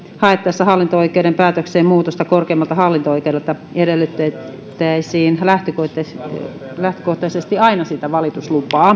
haettaessa hallinto oikeuden päätökseen muutosta korkeimmalta hallinto oikeudelta edellytettäisiin lähtökohtaisesti aina sitä valituslupaa